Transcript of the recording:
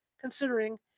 considering